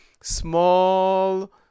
small